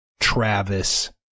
Travis